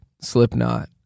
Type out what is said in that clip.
Slipknot